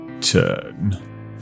turn